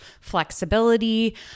flexibility